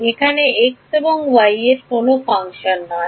এটি x এবং y কোনও ফাংশন নয়